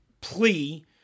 plea